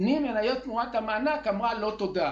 "מניות תמורת מענק", אמרה לא תודה.